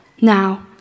Now